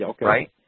right